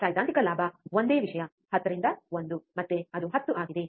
ಸೈದ್ಧಾಂತಿಕ ಲಾಭವು ಒಂದೇ ವಿಷಯ 10 ರಿಂದ 1 ಮತ್ತೆ ಅದು 10 ಆಗಿದೆ